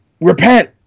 repent